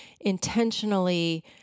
intentionally